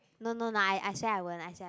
no no I say I won't I say I won't